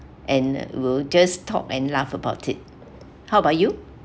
and we'll just talk and laugh about it how about you